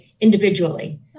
individually